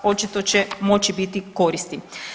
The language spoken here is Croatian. Očito će moći biti koristi.